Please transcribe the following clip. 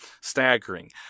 staggering